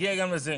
נגיע גם לזה.